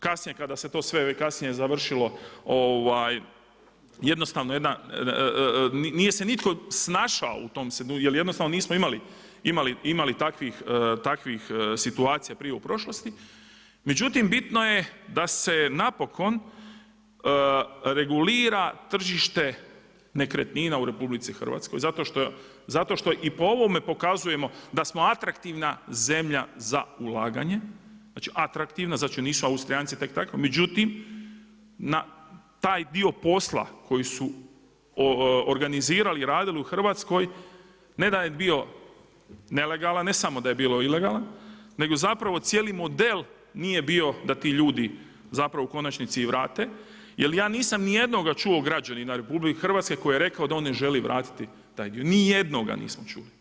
Kasnije kada se to sve završilo, jednostavno nije se nitko snašao u tom… jer jednostavno imali takvih situacija prije u prošlosti, međutim bitno je da se napokon regulira tržište nekretnina u RH, zato što i po ovome pokazujemo da smo atraktivna zemlja za ulaganje, znači nisu Austrijanci tek tako, međutim na taj dio posla koji su organizirali i radili u Hrvatskoj, ne da je bio nelegalan, ne samo da je bilo ilegalan, nego zapravo cijeli model nije bio da ti ljudi zapravo u konačni vrate, jer ja nisam nijednoga čuo građanina RH koji je rekao da on ne želi vratiti taj dio, nijednoga nisam čuo.